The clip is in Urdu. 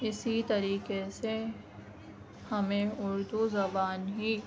اِسی طریقے سے ہمیں اُردو زبان ہی